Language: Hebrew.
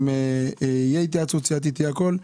אם תהיה התייעצות סיעתית יהיה הכול,